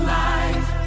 life